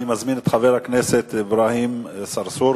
אני מזמין את חבר הכנסת אברהים צרצור.